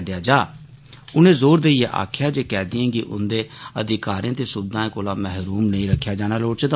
उनें गलाया जे उनें जोर देइयै आक्खेआ जे कैदिएं गी उंदे अधिकारें ते सुविघाएं कोला महरूम नेइं रक्खेआ जाना लोड़चदा